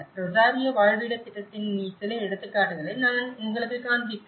Rosario வாழ்விடத் திட்டத்தின் சில எடுத்துக்காட்டுகளை நான் உங்களுக்குக் காண்பிப்பேன்